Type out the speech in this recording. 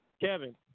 Kevin